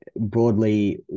Broadly